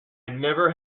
never